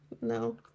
no